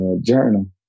journal